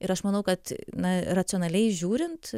ir aš manau kad na racionaliai žiūrint